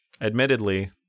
admittedly